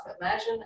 imagine